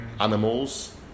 Animals